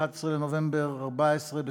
11 בנובמבר 2014,